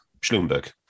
Schlumberg